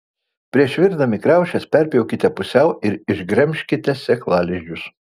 prieš virdami kriaušes perpjaukite pusiau ir išgremžkite sėklalizdžius